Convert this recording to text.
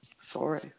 Sorry